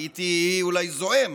הייתי אולי זועם